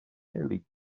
nearly